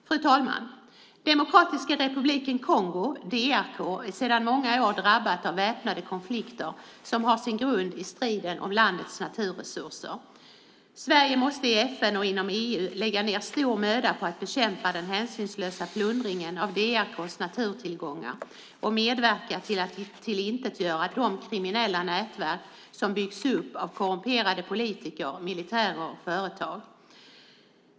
Fru talman! Demokratiska republiken Kongo, DRK, är sedan många år drabbat av väpnade konflikter som har sin grund i striden om landets naturresurser. Sverige måste i FN och inom EU lägga ned stor möda på att bekämpa den hänsynslösa plundringen av DRK:s naturtillgångar och motverka de kriminella nätverk som byggts upp av korrumperade politiker, militärer och företag.